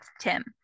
Tim